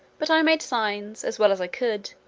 but i made signs, as well as i could,